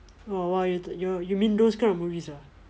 oh !wah! you you mean those kind of movies ah